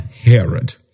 Herod